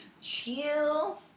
Chill